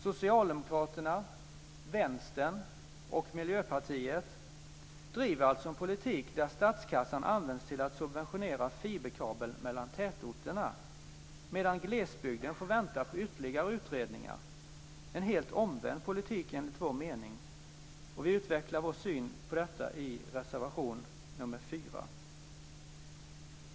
Socialdemokraterna, Vänsterpartiet och Miljöpartiet driver alltså en politik där statskassan används till att subventionera fiberkabel mellan tätorterna, medan glesbygden får vänta på ytterligare utredningar. En helt omvänd politik enligt vår mening. Vi utvecklar vår syn på detta i reservation nr 4.